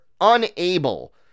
unable